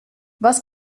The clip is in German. was